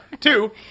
Two